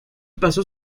pasó